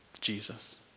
Jesus